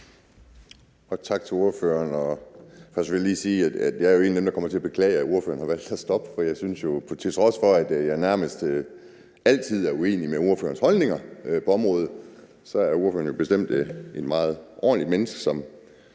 at jeg jo er en af dem, som kommer til at beklage, at ordføreren har valgt at stoppe, for jeg synes jo, at ordføreren, til trods for at jeg nærmest altid er uenig i hendes holdninger på området, bestemt er et meget ordentligt menneske,